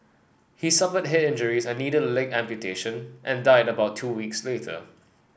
he suffered head injuries and needed a leg amputation and died about two weeks later